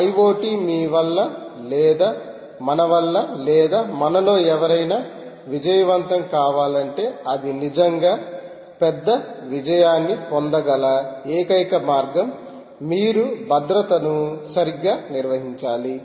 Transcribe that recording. IoT మీ వల్ల లేదా మన వల్ల లేదా మనలో ఎవరైనా విజయవంతం కావాలంటే అది నిజంగా పెద్ద విజయాన్ని పొందగల ఏకైక మార్గం మీరు భద్రతను సరిగ్గా నిర్వహించాలి